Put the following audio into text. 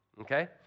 Okay